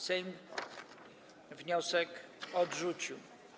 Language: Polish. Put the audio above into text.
Sejm wniosek odrzucił.